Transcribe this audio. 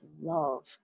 love